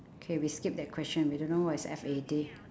K we skip that question we don't know what is F A D